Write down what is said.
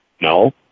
No